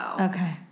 Okay